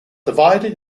divided